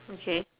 okay